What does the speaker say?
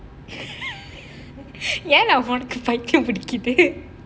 ஏன்:yaen lah உனக்கு பைத்தியம் பிடிக்குது:unakku paithiyam pidikkuthu